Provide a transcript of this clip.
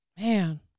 man